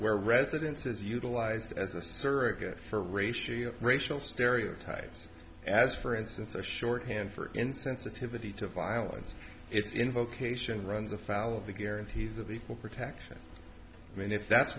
where residences utilized as a surrogate for ratio racial stereotypes as for instance a shorthand for insensitivity to violence it's in vocation runs afoul of the guarantees of equal protection and if that's